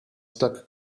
stuck